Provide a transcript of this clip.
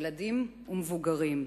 ילדים ומבוגרים,